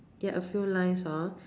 there're a few lines hor